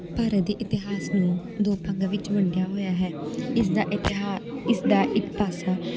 ਭਾਰਤ ਦੇ ਇਤਿਹਾਸ ਨੂੰ ਦੋ ਭਾਗਾਂ ਵਿੱਚ ਵੰਡਿਆ ਹੋਇਆ ਹੈ ਇਸਦਾ ਇਤਿਹਾ ਇਸਦਾ ਇੱਕ ਪਾਸਾ